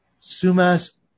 Sumas